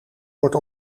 wordt